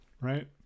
right